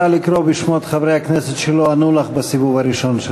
נא לקרוא בשמות חברי הכנסת שלא ענו לך בסיבוב הראשון של